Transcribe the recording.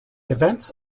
events